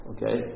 Okay